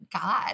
god